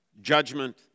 Judgment